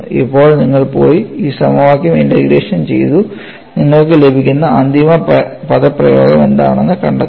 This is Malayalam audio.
ഇപ്പോൾ നിങ്ങൾ പോയി ഈ സമവാക്യം ഇന്റഗ്രേഷൻ ചെയ്തു നിങ്ങൾക്ക് ലഭിക്കുന്ന അന്തിമ പദപ്രയോഗം എന്താണെന്ന് കണ്ടെത്തണം